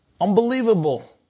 unbelievable